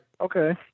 Okay